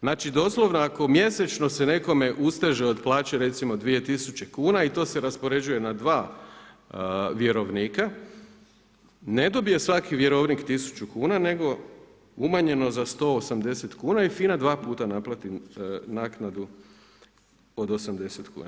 Znači doslovno ako mjesečno se nekome usteže od plaće recimo 2000 kuna i to se raspoređuje na dva vjerovnika, ne dobije svaki vjerovnik 1000 kuna nego umanjeno za 180 kuna i FINA dvaputa naplati mu naknadu od 80 kuna.